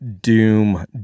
doom